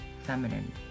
feminine